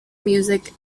music